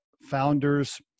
founders